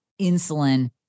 insulin